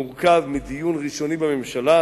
המורכב מדיון ראשוני בממשלה,